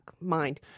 mind